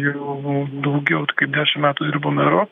jau daugiau tai kaip dešimt metų dirbu meru